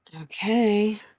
Okay